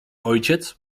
ojciec